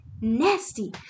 Nasty